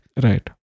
Right